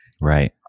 right